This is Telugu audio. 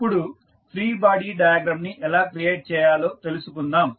ఇప్పుడు ఫ్రీ బాడీ డయాగ్రమ్ ని ఎలా క్రియేట్ చేయాలో తెలుసుకుందాం